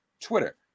Twitter